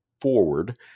forward